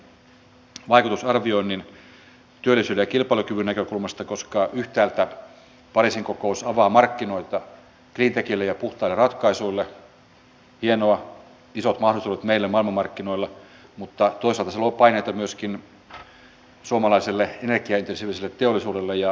viime hallituskaudella tehtiin myös sellainen muutos että jokainen joka syyllistyy nyt rikokseen joutuu myös maksamaan rikosuhrimaksun ja tällä rikosuhrimaksulla maksetaan ja pidetään yllä myös muun muassa rikosuhripäivystystä